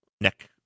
neck